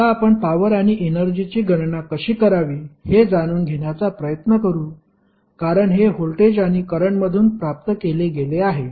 आता आपण पॉवर आणि एनर्जीची गणना कशी करावी हे जाणून घेण्याचा प्रयत्न करू कारण हे व्होल्टेज आणि करंटमधून प्राप्त केले गेले आहे